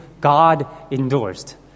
God-endorsed